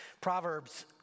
Proverbs